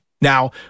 Now